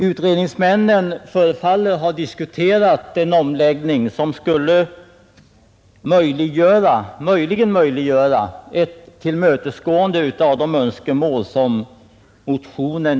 Utredningsmännen förefaller också ha diskuterat en omläggning som kanske skulle kunna möjliggöra ett tillmötesgående av önskemålen i motionen.